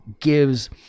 gives